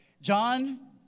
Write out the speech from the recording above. John